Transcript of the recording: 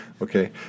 Okay